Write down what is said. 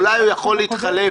אולי הוא יכול להתחלף